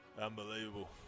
Unbelievable